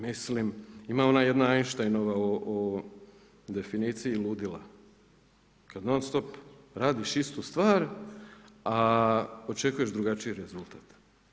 Mislim, ima ona jedna Einsteinova definiciji ludila kada non stop radiš istu stvar, a očekuješ drugačiji rezultat.